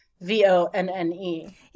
V-O-N-N-E